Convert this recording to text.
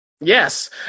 Yes